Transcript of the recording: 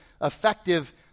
effective